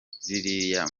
ziriya